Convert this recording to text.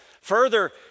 Further